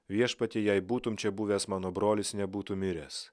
viešpatie jei būtum čia buvęs mano brolis nebūtų miręs